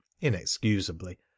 inexcusably